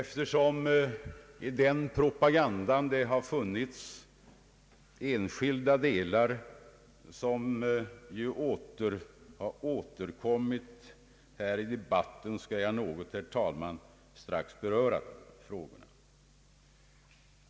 Eftersom enskilda delar av denna propaganda återkommit här i debatten, skall jag, herr talman, strax beröra dessa frågor.